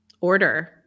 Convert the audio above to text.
order